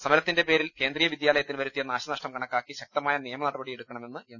സമരത്തിന്റെ പേരിൽ കേന്ദ്രീയ വിദ്യാലയ ത്തിന് വരുത്തിയ നാശനഷ്ടം കണക്കാക്കി ശക്തമായ നിയമന ടപടിയെടുക്കണമെന്ന് എം